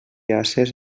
ases